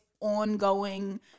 ongoing